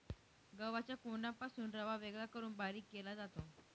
गव्हाच्या कोंडापासून रवा वेगळा करून बारीक केला जातो